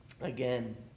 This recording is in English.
again